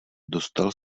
dostal